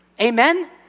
Amen